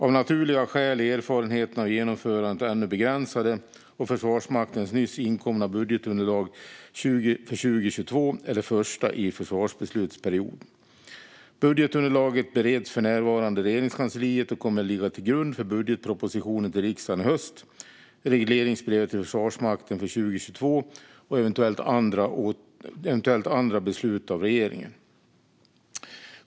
Av naturliga skäl är erfarenheterna av genomförandet ännu begränsade, och Försvarsmaktens nyss inkomna budgetunderlag för 2022 är det första i försvarsbeslutsperioden. Budgetunderlaget bereds för närvarande i Regeringskansliet och kommer att ligga till grund för budgetpropositionen till riksdagen i höst, regleringsbrevet till Försvarsmakten för 2022 och eventuella andra beslut av regeringen.